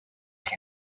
gral